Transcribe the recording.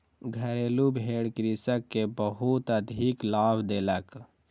घरेलु भेड़ कृषक के बहुत अधिक लाभ देलक